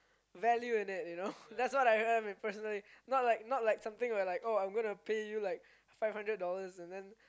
value in it you know that's what I am personally not like not like something where like oh I'm gonna pay you like five hundred dollars and then